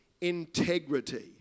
integrity